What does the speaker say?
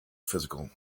physical